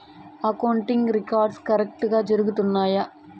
accounting records కరెక్టుగా జరుగుతున్నాయా